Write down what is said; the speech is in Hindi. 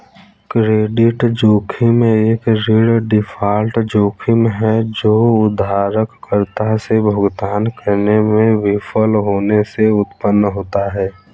क्रेडिट जोखिम एक ऋण डिफ़ॉल्ट जोखिम है जो उधारकर्ता से भुगतान करने में विफल होने से उत्पन्न होता है